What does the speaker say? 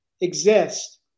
exist